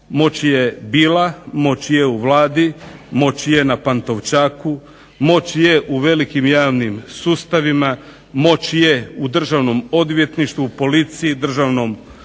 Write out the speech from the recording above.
Moć je bila, moć je u Vladi, moć je na Pantovčaku, moć je u velikim javnim sustavima, moć je u Državnom odvjetništvu, policiji, državnoj upravi,